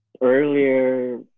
earlier